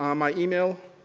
um my email,